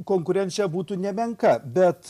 konkurencija būtų nemenka bet